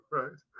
right